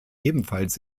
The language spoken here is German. ebenfalls